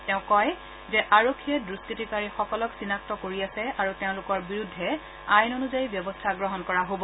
তেওঁ কয় যে আৰক্ষীয়ে দুষ্কতিকাৰীসকলক চিনাক্ত কৰি আছে আৰু তেওঁলোকৰ বিৰুদ্ধে আইন অনুযায়ী ব্যৱস্থা গ্ৰহণ কৰা হ'ব